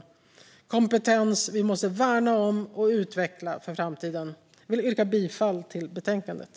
Det är kompetens som vi måste värna om och utveckla för framtiden. Jag yrkar bifall till förslaget i betänkandet.